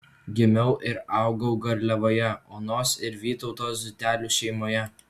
gimiau ir augau garliavoje onos ir vytauto ziutelių šeimoje